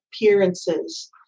appearances